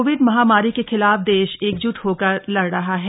Covid महामारी के खिलाफ देश एकजुट होकर लड़ रहा है